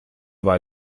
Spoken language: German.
war